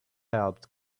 helped